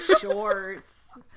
shorts